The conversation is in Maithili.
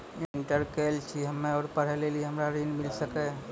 इंटर केल छी हम्मे और पढ़े लेली हमरा ऋण मिल सकाई?